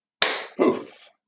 poof